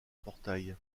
portails